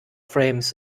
frames